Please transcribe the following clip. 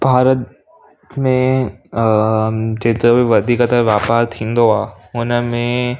भारत में जेतिरो बि वधीक त वापारु थींदो आहे हुन में